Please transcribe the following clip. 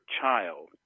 child